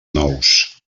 nous